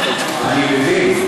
אני מבין.